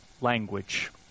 language